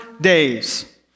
days